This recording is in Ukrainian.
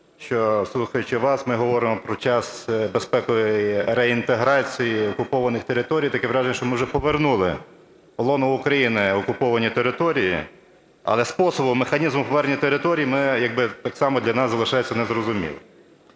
що, слухаючи вас, ми говоримо про час безпекової реінтеграції окупованих територій, таке враження, що ми вже повернули в лоно України окуповані території. Але способу, механізму повернення територій ми як би, так само для нас залишається незрозумілим.